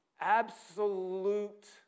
absolute